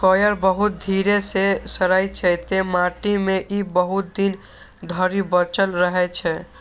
coir बहुत धीरे सं सड़ै छै, तें माटि मे ई बहुत दिन धरि बचल रहै छै